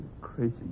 crazy